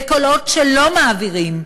וכל עוד לא מעבירים,